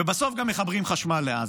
ובסוף גם מחברים חשמל לעזה.